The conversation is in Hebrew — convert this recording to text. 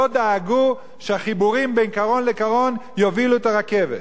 לא דאגו שהחיבורים בין קרון לקרון יובילו את הרכבת.